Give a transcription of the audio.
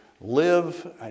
live